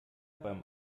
beim